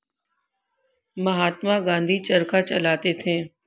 महात्मा गांधी चरखा चलाते थे